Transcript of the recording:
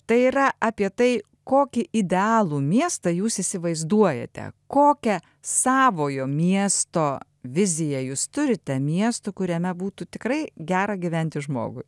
tai yra apie tai kokį idealų miestą jūs įsivaizduojate kokią savojo miesto viziją jūs turite miesto kuriame būtų tikrai gera gyventi žmogui